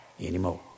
anymore